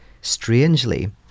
strangely